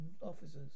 officers